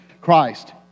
Christ